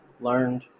learned